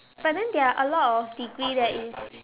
but then there are a lot degree that you